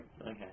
Okay